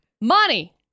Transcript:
money